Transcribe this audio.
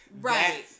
Right